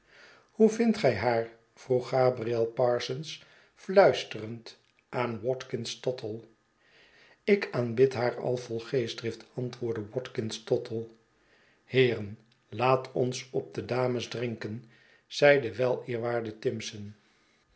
hoe vindt gij haar vroeg gabriel parsons fluisterend aan watkins tottle ik aanbid haar al vol geestdrift antwoordde watkins tottle heeren laat ons op de zeide de weleerwaarde timson